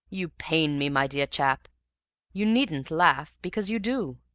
you pain me, my dear chap you needn't laugh, because you do.